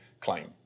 claim